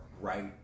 right